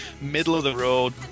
middle-of-the-road